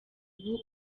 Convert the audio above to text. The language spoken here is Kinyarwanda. ubu